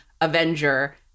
Avenger